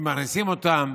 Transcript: אם מכניסים אותם